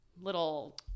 little